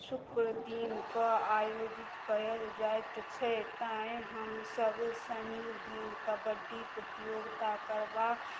शुक्रदिन कऽ आयोजित कयल जाइत छै तेँ हमसभ शनिदिन कबड्डी प्रतियोगिता करबा